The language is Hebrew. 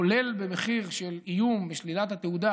כולל המחיר של שלילת התעודה,